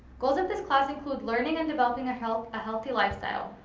goals of this class include learning and developing a healthy ah healthy lifestyle.